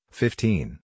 fifteen